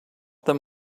them